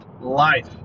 Life